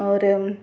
होर